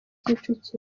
kicukiro